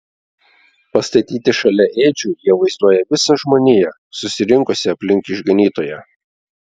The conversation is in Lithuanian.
pastatyti šalia ėdžių jie vaizduoja visą žmoniją susirinkusią aplink išganytoją